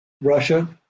Russia